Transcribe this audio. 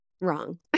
wrong